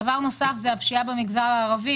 דבר נוסף הוא נושא הפשיעה במגזר הערבי.